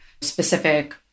specific